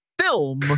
Film